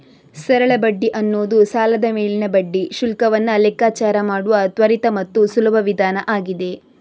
ಸರಳ ಬಡ್ಡಿ ಅನ್ನುದು ಸಾಲದ ಮೇಲಿನ ಬಡ್ಡಿ ಶುಲ್ಕವನ್ನ ಲೆಕ್ಕಾಚಾರ ಮಾಡುವ ತ್ವರಿತ ಮತ್ತು ಸುಲಭ ವಿಧಾನ ಆಗಿದೆ